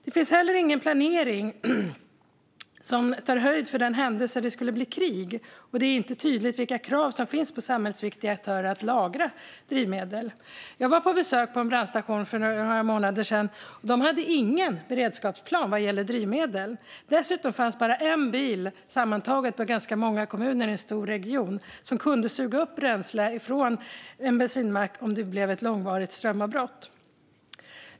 Det finns heller ingen planering som tar höjd för den händelse att det skulle bli krig, och det är inte tydligt vilka krav som finns på samhällsviktiga aktörer att lagra drivmedel. Jag var på besök på en brandstation för några månader sedan. Där hade de ingen beredskapsplan vad gäller drivmedel. Dessutom fanns bara en bil på ganska många kommuner i en stor region som kan suga upp bränsle från en bensinmack vid ett långvarigt strömavbrott.